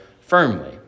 firmly